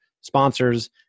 sponsors